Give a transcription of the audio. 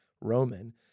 Roman